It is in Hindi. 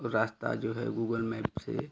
रास्ता जो है गूगल मैप से